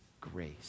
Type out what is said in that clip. grace